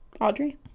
Audrey